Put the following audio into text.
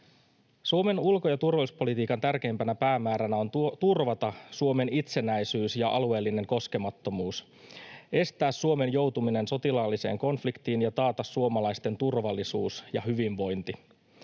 Suomen ulko- ja turvallisuuspolitiikan tärkeimpänä päämääränä on turvata Suomen itsenäisyys ja alueellinen koskemattomuus, estää Suomen joutuminen sotilaalliseen konfliktiin ja taata suomalaisten turvallisuus ja hyvinvointi.